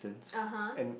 (uh huh)